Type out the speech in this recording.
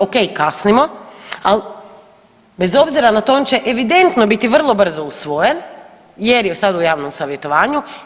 Okej, kasnimo, al bez obzira na to on će evidentno biti vrlo brzo usvojen jer je sad u javnom savjetovanju.